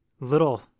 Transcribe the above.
little